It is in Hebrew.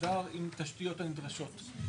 מוסדר עם התשתיות הנדרשות,